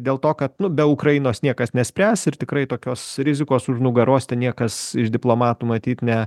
dėl to kad nu be ukrainos niekas nespręs ir tikrai tokios rizikos už nugaros ten niekas iš diplomatų matyt ne